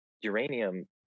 uranium